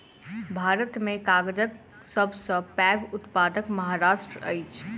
भारत में कागजक सब सॅ पैघ उत्पादक महाराष्ट्र अछि